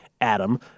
Adam